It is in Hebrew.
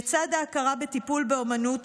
לצד ההכרה בטיפול באומנות,